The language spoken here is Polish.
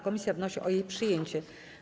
Komisja wnosi o jej przyjęcie.